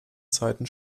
zeiten